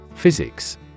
Physics